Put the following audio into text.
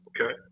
Okay